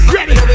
Ready